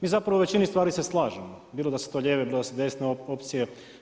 Mi zapravo u većini stvari se slažemo, bilo da su lijeve, bilo da su desne opcije.